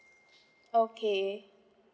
okay